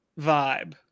vibe